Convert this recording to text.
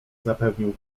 zapewnił